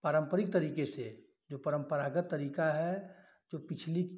पारंपरिक तरीके से जो परंपरागत तरीका है जो पिछली